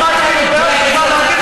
מה כואב לך בבטן כל הזמן?